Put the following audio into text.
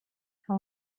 how